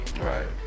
Right